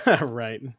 Right